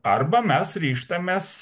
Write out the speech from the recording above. arba mes ryžtamės